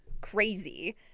crazy